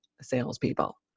salespeople